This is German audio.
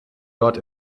dort